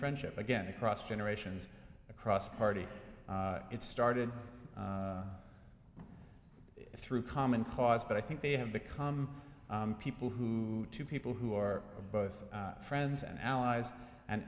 friendship again across generations across party it started through common cause but i think they have become people who two people who are both friends and allies and